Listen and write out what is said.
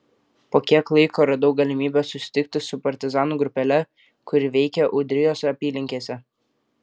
po kiek laiko radau galimybę susitikti su partizanų grupele kuri veikė ūdrijos apylinkėse